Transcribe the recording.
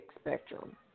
spectrum